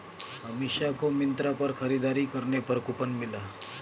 अमीषा को मिंत्रा पर खरीदारी करने पर कूपन मिला